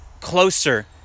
closer